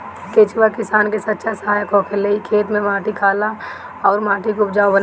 केचुआ किसान के सच्चा सहायक होखेला इ खेत में माटी खाला अउर माटी के उपजाऊ बनावेला